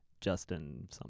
Justin